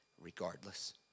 regardless